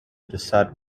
decide